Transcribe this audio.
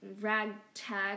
ragtag